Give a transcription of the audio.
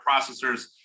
processors